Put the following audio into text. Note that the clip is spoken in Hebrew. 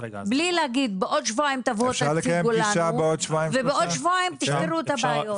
בלי להגיד בעוד שבועיים תבואו תציגו לנו ובעוד שבועיים תציגו את הבעיות.